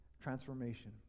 transformation